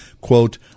quote